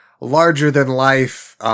larger-than-life